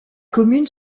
commune